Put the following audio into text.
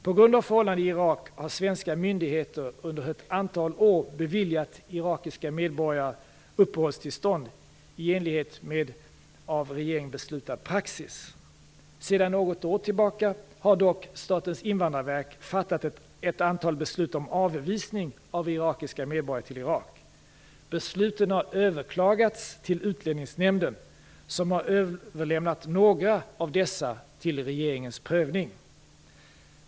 På grund av förhållandena i Irak har svenska myndigheter under ett antal år beviljat irakiska medborgare uppehållstillstånd i enlighet med av regeringen beslutad praxis. Sedan något år tillbaka har dock Statens invandrarverk fattat ett antal beslut om avvisning av irakiska medborgare till Irak. Besluten har överklagats till Utlänningsnämnden som har överlämnat några av dessa till regeringens prövning.